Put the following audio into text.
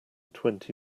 twenty